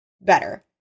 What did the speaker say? better